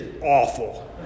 awful